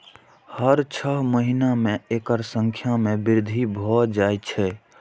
हर छह महीना मे एकर संख्या मे वृद्धि भए जाए छै